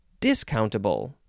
Discountable